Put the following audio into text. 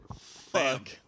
fuck